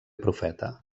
profeta